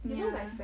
ya